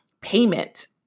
payment